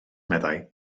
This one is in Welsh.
meddai